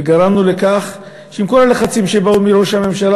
וגרמנו לכך שעם כל הלחצים שבאו מראש הממשלה